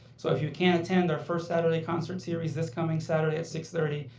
so if you can attend our first saturday concert series this coming saturday at six thirty,